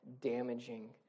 damaging